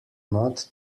not